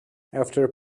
after